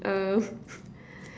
uh